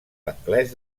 anglès